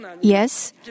Yes